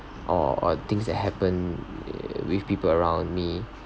or or things that happen with people around me